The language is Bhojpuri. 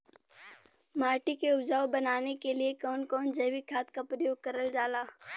माटी के उपजाऊ बनाने के लिए कौन कौन जैविक खाद का प्रयोग करल जाला?